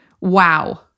Wow